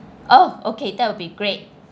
oh okay that would be great